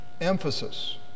Emphasis